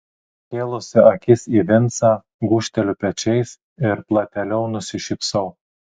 pakėlusi akis į vincą gūžteliu pečiais ir platėliau nusišypsau